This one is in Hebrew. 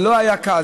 זה לא היה קל.